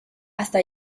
hasta